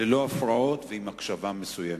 ללא הפרעות ובהקשבה מסוימת.